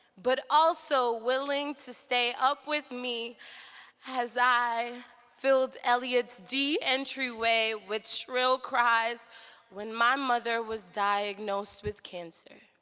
but also willing to stay up with me as i filled eliot's d entryway with shrill cries when my mother was diagnosed with cancer.